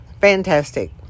fantastic